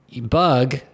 Bug